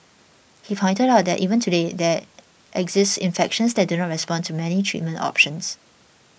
he pointed out that even today there exist infections that do not respond to many treatment options